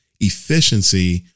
Efficiency